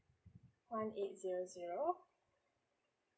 one eight zero zero